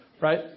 right